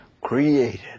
created